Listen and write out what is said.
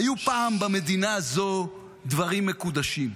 היו פעם במדינה הזו דברים מקודשים: